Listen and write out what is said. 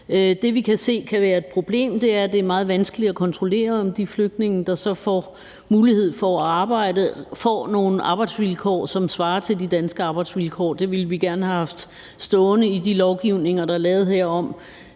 Det, vi kan se kan være et problem, er, at det er meget vanskeligt at kontrollere, om de flygtninge, der så får mulighed for at arbejde, får nogle arbejdsvilkår, som svarer til de danske arbejdsvilkår. Det ville vi gerne have haft stående i de lovtekster, der er lavet herom.